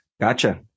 Gotcha